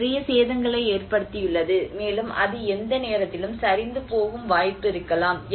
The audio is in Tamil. அது நிறைய சேதங்களை ஏற்படுத்தியுள்ளது மேலும் அது எந்த நேரத்திலும் சரிந்து போகும் வாய்ப்பு இருக்கலாம்